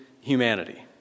humanity